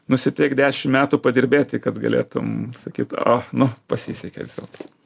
nusiteik dešim metų padirbėti kad galėtum sakyt o nu pasisekė vis dėlto